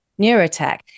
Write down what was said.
Neurotech